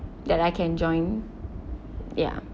that I can join ya